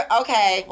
okay